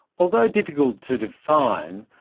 although difficult to define,